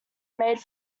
made